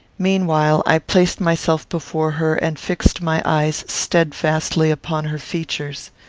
meanwhile, i placed myself before her, and fixed my eyes steadfastly upon her features.